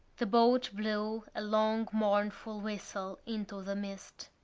the boat blew a long mournful whistle into the mist.